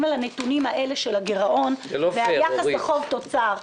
על הנתונים האלה של הגרעון ועל יחס חוב תוצר.